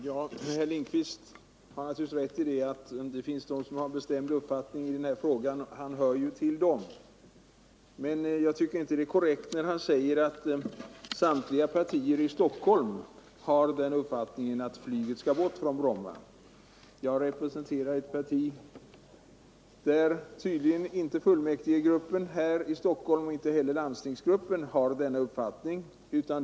Herr talman! Herr Lindkvist har naturligtvis rätt i att det finns de som har en bestämd uppfattning i den här frågan; han hör ju själv till dem. Men jag tycker inte det är korrekt när han säger att samtliga partier i Stockholm har den uppfattningen att flyget skall bort från Bromma. Jag representerar ett parti, vars fullmäktigegrupp här i Stockholm och landstingsgrupp i Stockholms län tydligen inte har denna uppfattning.